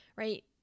Right